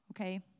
Okay